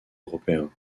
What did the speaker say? européen